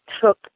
took